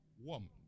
Warm